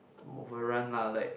over run lah like